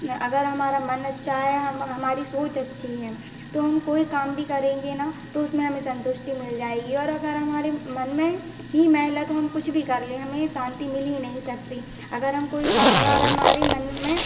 ना अगर हमारा मन अच्छा है हम हमारी सोच अच्छी है तो हम कोई काम भी करेंगे ना तो उसमें हमें संतुष्टि मिल जाएगी और अगर हमारे मन में ही मैल है तो हम कुछ भी कर लें हमें शांति मिल ही नहीं सकती अगर हम कोई का अगर हमारे मन में